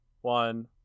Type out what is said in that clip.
one